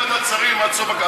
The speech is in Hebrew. אין ועדת שרים עד סוף המושב.